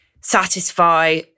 satisfy